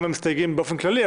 למה מסתייגים באופן כללי,